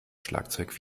schlagzeug